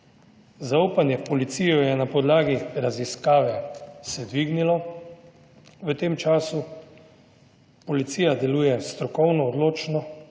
Zaupanje v policijo je na podlagi raziskave se dvignilo, v tem času. Policija deluje strokovno, odločno,